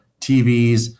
tvs